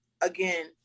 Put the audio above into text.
again